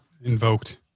invoked